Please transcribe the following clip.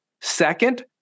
Second